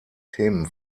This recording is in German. themen